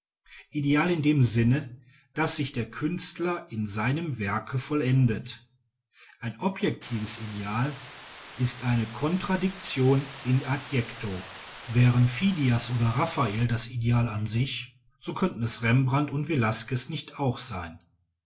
ideal in dem sinne daß sich der künstler in seinem werke vollendet ein objektives ideal ist eine contradictio in adjecto wären phidias oder raffael das ideal an sich so könnten es rembrandt und velasquez nicht auch sein